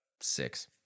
six